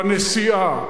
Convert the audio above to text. בנשיאה,